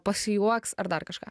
pasijuoks ar dar kažką